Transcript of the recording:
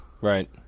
right